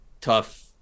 Tough